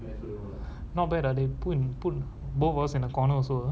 not bad ah they go and put put both of us in the corner also ah